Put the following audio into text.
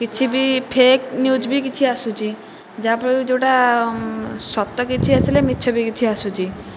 କିଛି ବି fake news ବି କିଛି ଆସୁଛି ଯାହାଫଳରେକି ଯେଉଁଟା ସତ କିଛି ଆସିଲେ ମିଛ ବି କିଛି ଆସୁଛି